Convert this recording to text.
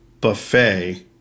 buffet